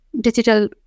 digital